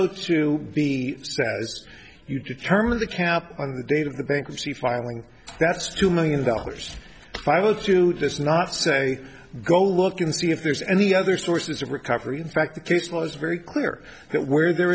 says you determine the cap on the date of the bankruptcy filing that's two million dollars file to just not say go look and see if there's any other sources of recovery in fact the case was very clear that where there